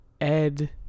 Ed